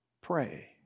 pray